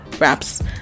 wraps